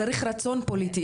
צריך רצון פוליטי.